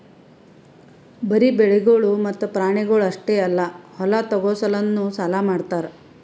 ಬರೀ ಬೆಳಿಗೊಳ್ ಮತ್ತ ಪ್ರಾಣಿಗೊಳ್ ಅಷ್ಟೆ ಅಲ್ಲಾ ಹೊಲ ತೋಗೋ ಸಲೆಂದನು ಸಾಲ ಮಾಡ್ತಾರ್